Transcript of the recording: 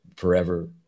Forever